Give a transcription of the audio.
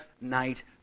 night